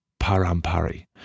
Parampari